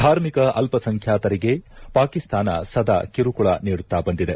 ಧಾರ್ಮಿಕ ಅಲ್ಪಸಂಖ್ಯಾತರಿಗೆ ಪಾಕಿಸ್ತಾನ ಸದಾ ಕಿರುಕುಳ ನೀಡುತ್ತಾ ಬಂದಿದೆ